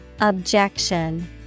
Objection